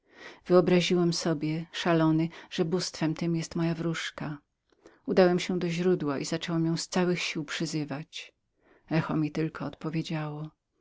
źródła wyobraziłem sobie jak szalony że bóstwem tem była moja wróżka udałem się do źródła i zacząłem ją z całych sił przyzywać echo mi tylko odpowiedziało